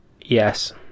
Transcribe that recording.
yes